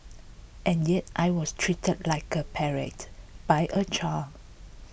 and yet I was treated like a pariah by a child